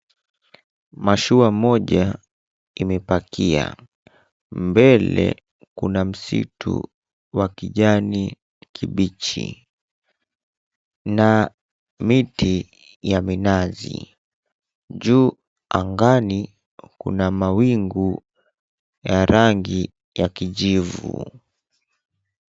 Mashua moja imepakia, mbele kuna msitu wa kijani kibichi na miti ya minazi juu angani kuna mawingu ya rangi ya kijivu.